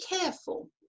careful